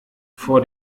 vor